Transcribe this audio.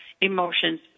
emotions